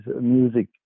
music